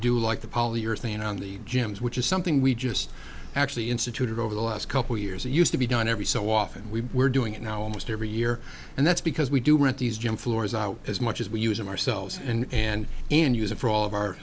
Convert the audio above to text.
do like the polyurethane on the gems which is something we just actually instituted over the last couple years that used to be done every so often we were doing it now almost every year and that's because we do rent these gym floors as much as we use them ourselves and and and use it for all of our